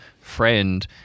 friend